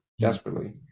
desperately